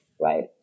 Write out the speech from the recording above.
right